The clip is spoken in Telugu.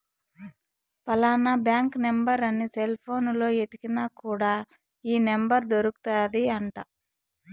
ఫలానా బ్యాంక్ నెంబర్ అని సెల్ పోనులో ఎతికిన కూడా ఈ నెంబర్ దొరుకుతాది అంట